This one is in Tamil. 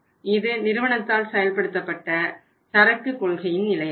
இது நிறுவனத்தால் செயல்படுத்தப்பட்ட சரக்கு கொள்கையின் நிலையாகும்